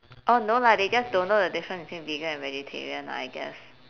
oh no lah they just don't know the difference between vegan and vegetarian lah I guess